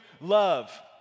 love